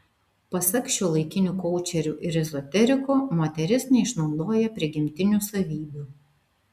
pasak šiuolaikinių koučerių ir ezoterikų moteris neišnaudoja prigimtinių savybių